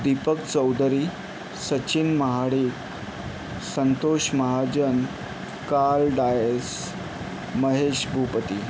दीपक चौधरी सचिन महाडिक संतोष महाजन काल डायस महेश भूपती